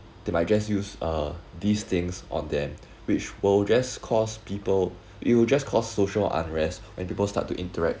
they might just use uh these things on them which will just caused people it will just cause social unrest when people start to interact